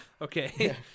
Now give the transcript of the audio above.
Okay